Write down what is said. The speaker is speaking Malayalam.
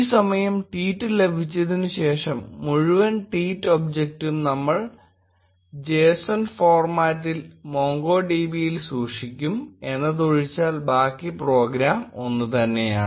ഈ സമയം ട്വീറ്റ് ലഭിച്ചതിനുശേഷം മുഴുവൻ ട്വീറ്റ് ഒബ്ജക്റ്റും നമ്മൾ JSON ഫോർമാറ്റിൽ MongoDBയിൽ സൂക്ഷിക്കും എന്നതൊഴിച്ചാൽ ബാക്കി പ്രോഗ്രാം ഒന്നുതന്നെയാണ്